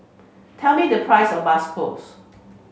tell me the price of Bakso